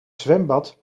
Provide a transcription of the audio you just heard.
zwembad